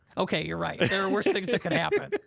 okay, you're right. there are worse things that could happen.